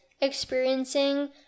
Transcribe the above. experiencing